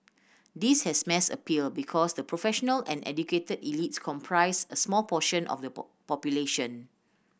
this has mass appeal because the professional and educated elites comprise a small portion of the population